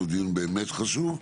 זהו דיון באמת חשוב.